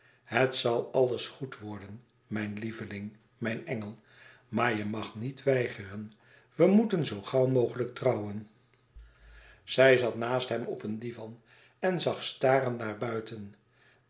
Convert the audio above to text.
het zal alles goed worden mijn lieveling mijn engel maar je mag niet meer weigeren wij moeten zoo gauw mogelijk trouwen e ids aargang ij zat naast hem op een divan en zag starend naar buiten